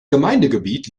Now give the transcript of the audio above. gemeindegebiet